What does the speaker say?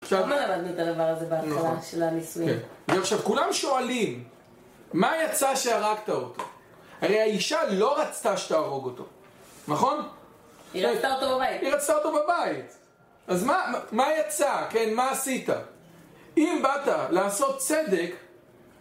עכשיו כולם שואלים, מה יצא שהרגת אותו? הרי האישה לא רצתה שתהרוג אותו, נכון? היא רצתה אותו בבית. היא רצתה אותו בבית. אז מה יצא, כן? מה עשית? אם באת לעשות צדק...